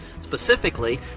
Specifically